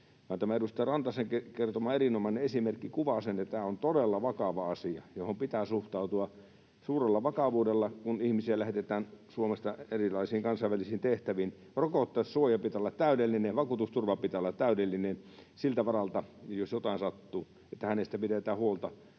edustaja Rantasen kertoma erinomainen esimerkki kuvaa sen, että tämä on todella vakava asia, johon pitää suhtautua suurella vakavuudella, kun ihmisiä lähetetään Suomesta erilaisiin kansainvälisiin tehtäviin. Rokotesuojan pitää olla täydellinen, vakuutusturvan pitää olla täydellinen siltä varalta, jos jotain sattuu, että hänestä pidetään huolta